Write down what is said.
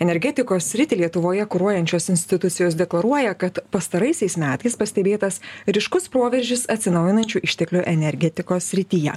energetikos sritį lietuvoje kuruojančios institucijos deklaruoja kad pastaraisiais metais pastebėtas ryškus proveržis atsinaujinančių išteklių energetikos srityje